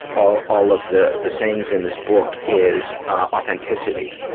all, all of the, the sayings in this book is, ah, authenticity.